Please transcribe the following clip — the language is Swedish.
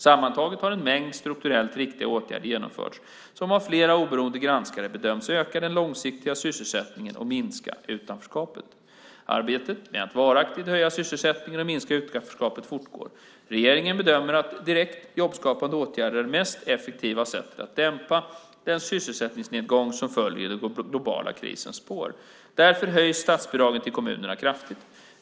Sammantaget har en mängd strukturellt riktiga åtgärder genomförts, som av flera oberoende granskare bedöms öka den långsiktiga sysselsättningen och minska utanförskapet. Arbetet med att varaktigt höja sysselsättningen och minska utanförskapet fortgår. Regeringen bedömer att direkt jobbskapande åtgärder är det mest effektiva sättet att dämpa den sysselsättningsnedgång som följer i den globala krisens spår. Därför höjs statsbidragen till kommunerna kraftigt.